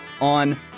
on